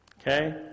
Okay